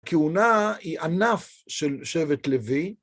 כהונה היא ענף של שבט לוי.